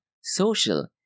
social